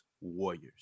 Warriors